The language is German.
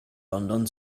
london